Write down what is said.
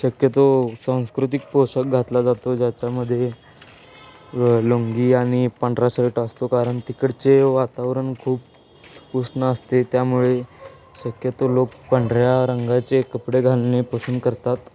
शक्यतो सांस्कृतिक पोषाख घातला जातो ज्याच्यामध्ये लुंगी आणि पांढरा शर्ट असतो कारण तिकडचे वातावरण खूप उष्ण असते त्यामुळे शक्यतो लोक पांढऱ्या रंगाचे कपडे घालणे पसंत करतात